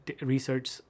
research